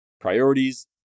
Priorities